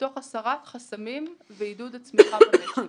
תוך הסרת חסמים ועידוד הצמיחה במשק.